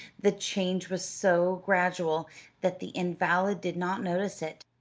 the change was so gradual that the invalid did not notice it,